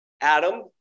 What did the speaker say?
Adam